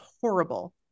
horrible